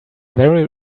very